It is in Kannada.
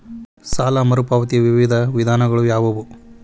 ಸಾಲ ಮರುಪಾವತಿಯ ವಿವಿಧ ವಿಧಾನಗಳು ಯಾವುವು?